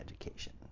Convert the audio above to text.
education